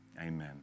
amen